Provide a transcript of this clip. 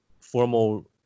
formal